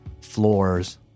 floors